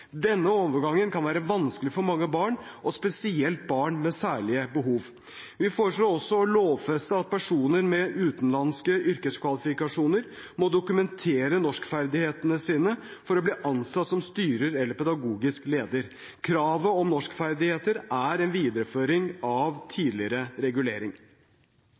Denne overgangen kan være vanskelig for mange barn, og spesielt barn med særlige behov. Vi foreslår også å lovfeste at personer med utenlandske yrkeskvalifikasjoner må dokumentere norskferdighetene sine for å bli ansatt som styrer eller pedagogisk leder. Kravet om norskferdigheter er en videreføring av tidligere regulering.